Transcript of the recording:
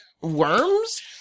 Worms